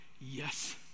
Yes